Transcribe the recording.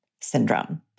syndrome